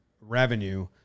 revenue